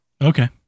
Okay